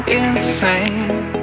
insane